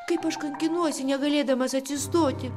kaip aš kankinuosi negalėdamas atsistoti